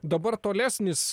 dabar tolesnis